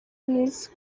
miss